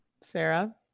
Sarah